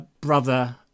brother